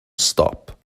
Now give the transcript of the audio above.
stop